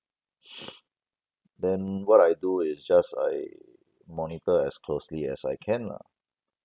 then what I do is just I monitor as closely as I can lah